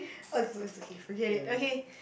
uh it's it's okay forget it okay